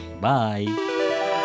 Bye